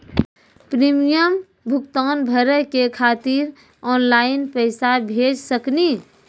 Premium भुगतान भरे के खातिर ऑनलाइन पैसा भेज सकनी?